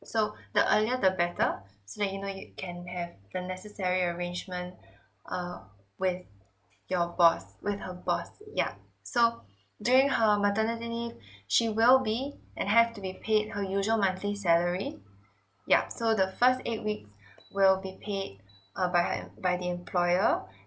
so the earlier the better so that you know you can have the necessary arrangement err with your boss with her boss yeah so during her maternity leave she will be and have to be paid her usual monthly salary yeah so the first eight week will be paid uh her em~ by the employer